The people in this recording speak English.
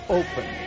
open